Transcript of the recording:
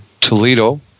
toledo